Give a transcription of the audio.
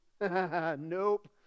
Nope